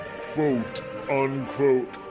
quote-unquote